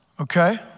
okay